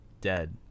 dead